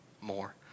more